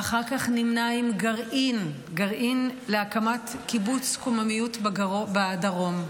ואחר כך נמנה עם גרעין להקמת קיבוץ קוממיות בדרום.